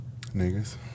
Niggas